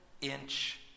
inch